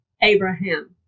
Abraham